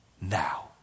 Now